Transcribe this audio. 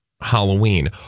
Halloween